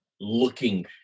looking